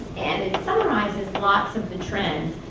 and it summarizes lots of the trends.